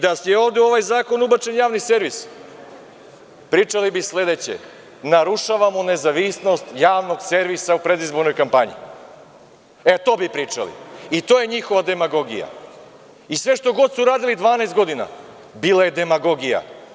Da je ovde u ovaj zakon ubačen Javni servis, pričali bi sledeće – narušavamo nezavisnost Javnog servisa od predizborne kampanje, e, to bi pričali, i to je njihova demagogija, i sve što god su uradili 12 godina bila je demagogija.